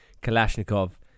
Kalashnikov